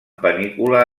panícula